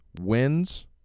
wins